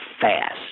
fast